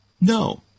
No